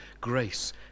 grace